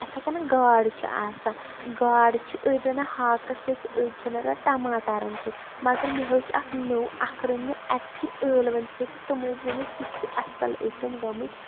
اِتھٕے کَنٮ۪تھ گاڈٕ چھِ آسان گاڈٕ چھِ أڑۍ رَنان ہاکَس سۭتۍ أڑۍ چھِ رَنان ٹماٹَرَن سۭتۍ مگر مےٚ ہیوٚچھ اَکھ نوٚو اَکھ رٔنۍ مےٚ اَکہِ پھِرِ ٲلوَن سۭتۍ تِم ٲسۍ گٔمٕتۍ تِتھۍ اَصٕل ٲسۍ تِم گٔمٕتۍ